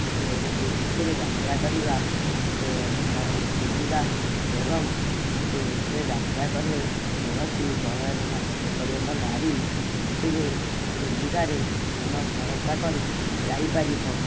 ଏହା ଏଥିରେ ଯାତ୍ରା କରିବା ସୁବିଧା ଏବଂ ୟାକୁ ଏଥିରେ ଯାତ୍ରା କଲେ କୌଣସି ଭୟ ନାହିଁ ଯେପରି ଏକ ନାରୀ ଏଥିରେ ସୁବିଧାରେ ଏବଂ ଭରସା କରି ଯାଇପାରିବ